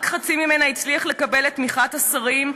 רק חצי ממנה הצליח לקבל את תמיכת השרים,